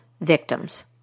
victims